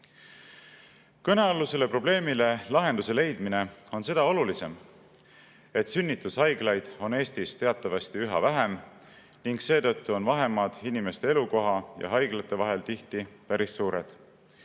Kõnealusele probleemile lahenduse leidmine on seda olulisem, et sünnitushaiglaid on Eestis teatavasti üha vähem ning seetõttu on vahemaad inimeste elukoha ja haiglate vahel tihti päris suured.